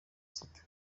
sita